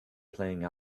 playing